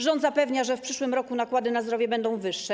Rząd zapewnia, że w przyszłym roku nakłady na zdrowie będą wyższe.